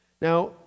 Now